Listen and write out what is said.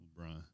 LeBron